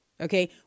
Okay